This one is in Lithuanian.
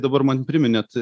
dabar man priminėt